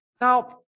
Now